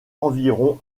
environ